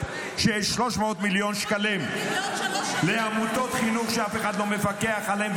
שיש 300 מיליון שקלים לעמותות חינוך שאף אחד לא מפקח עליהן,